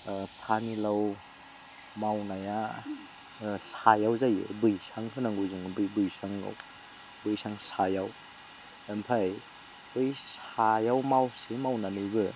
फानिलाव मावनाया सायाव जायो बैसां होनांगौ जोङो बै बैसाङाव बैसां सायाव ओमफाय बै सायाव मावसै मावनानैबो